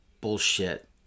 bullshit